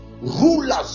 rulers